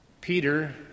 Peter